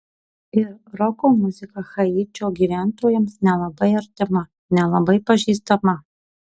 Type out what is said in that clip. ir roko muzika haičio gyventojams nelabai artima nelabai pažįstama